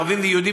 ערבים ויהודים,